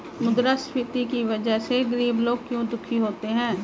मुद्रास्फीति की वजह से गरीब लोग क्यों दुखी होते हैं?